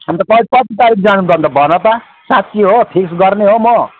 अन्त खै कति तारिक जानु त अन्त भन त साँच्ची हो फिक्स गर्ने हो म